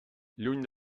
lluny